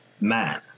man